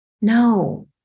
No